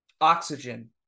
oxygen